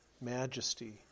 majesty